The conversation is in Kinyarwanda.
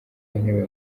w’intebe